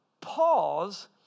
pause